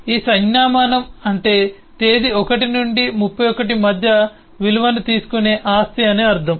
ఈ సంజ్ఞామానం అంటే తేదీ 1 నుండి 31 మధ్య విలువను తీసుకునే ఆస్తి అని అర్ధం